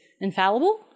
infallible